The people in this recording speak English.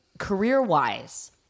career-wise